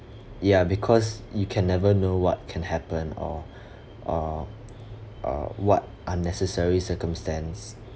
ya because you can never know what can happen or or what unnecessary circumstance